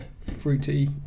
fruity